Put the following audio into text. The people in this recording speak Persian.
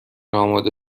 آماده